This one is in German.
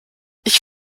ich